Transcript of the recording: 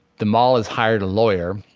the mall has hired a lawyer,